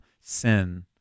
sin